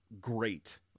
great